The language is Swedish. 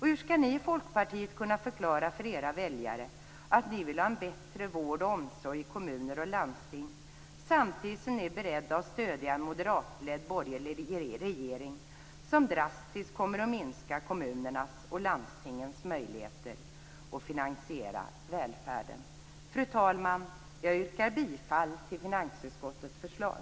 Hur skall ni i Folkpartiet kunna förklara för era väljare att ni vill ha en bättre vård och omsorg i kommuner och landsting samtidigt som ni är beredda att stödja en moderatledd borgerlig regering som drastiskt kommer att minska kommunernas och landstingens möjligheter att finansiera välfärden? Fru talman! Jag yrkar bifall till finansutskottets förslag.